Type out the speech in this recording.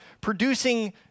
producing